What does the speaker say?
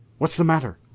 what's the matter?